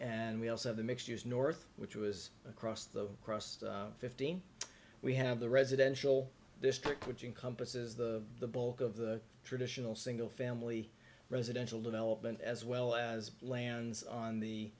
and we also have the mixed use north which was across the cross fifteen we have the residential district which in compass is the the bulk of the traditional single family residential development as well as lands on the